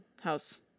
house